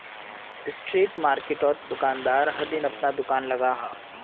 street मार्किटोत दुकानदार हर दिन अपना दूकान लगाहा